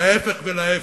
להיפך ולהיפך,